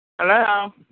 Hello